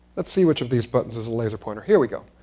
let's see which of these buttons is a laser pointer. here we go.